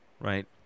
right